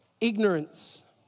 ignorance